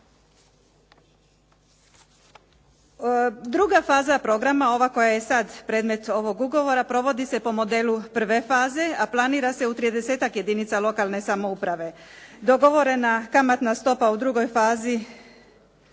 Druga faza programa ova koja je sada predmet ovog ugovora provodi se po modelu prve faze a planira se u tridesetak jedinica lokalne samouprave. Dogovorena kamatna stopa u drugoj fazi